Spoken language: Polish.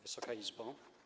Wysoka Izbo!